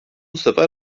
sefer